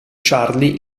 charlie